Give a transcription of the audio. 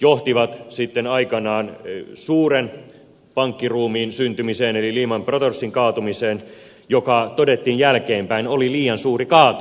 johtivat suuren pankkiruumiin syntymiseen eli lehman brothersin kaatumiseen joka todettiin jälkeenpäin oli liian suuri kaatumaan